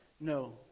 no